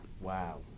Wow